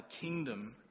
kingdom